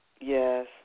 Yes